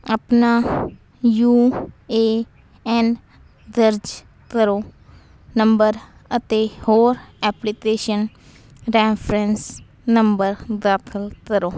ਆਪਣਾ U A N ਦਰਜ ਕਰੋ ਨੰਬਰ ਅਤੇ ਹੋਰ ਐਪਲੀਕੇਸ਼ਨ ਰੈਫਰੰਸ ਨੰਬਰ ਦਾਖਲ ਕਰੋ